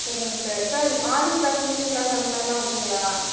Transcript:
சரிங்க sir sir morning class evening class அந்தமாரிலாம் வைப்பீங்களா